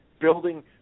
building